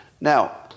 Now